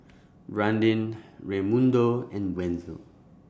Brandin Raymundo and Wenzel